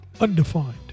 Undefined